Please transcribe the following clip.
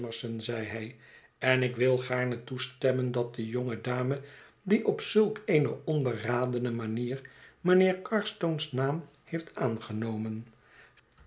en ik wil gaarne toestemmen dat de jonge dame die op zulk eene onberadene manier mijnheer carstone's naam heeft aangenomen